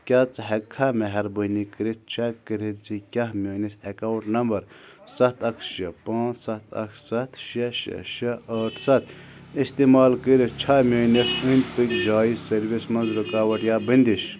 کیٛاہ ژٕ ہیٚکہِ کھا مہربٲنی کٔرِتھ چیٚک کٔرِتھ زِ کیٛاہ میٛٲنِس ایٚکاوُنٛٹ نمبَر سَتھ اَکھ شےٚ پانٛژھ سَتھ اَکھ سَتھ شےٚ شےٚ ٲٹھ سَتھ استعمال کٔرِتھ چھا میٛٲنِس أنٛدۍ پٔکۍ جایہِ سٔروِس منٛز رکاوٹ یا بٔنٛدِش